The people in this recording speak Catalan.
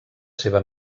seva